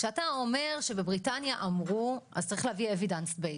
כשאתה אומר שבבריטניה אמרו צריך להביא הוכחות מדעיות.